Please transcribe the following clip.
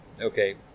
Okay